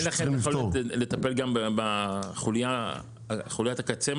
אין לכם יכולת לטפל גם בחוליית הקצה?